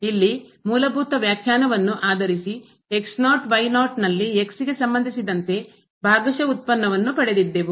ಅಲ್ಲಿ ಮೂಲಭೂತ ವ್ಯಾಖ್ಯಾನವನ್ನು ಆದರಿಸಿ ನಲ್ಲಿ ಗೆ ಸಂಬಂಧಿಸಿದಂತೆ ಭಾಗಶಃ ಉತ್ಪನ್ನವನ್ನು ಪಡೆದಿದ್ದೆವು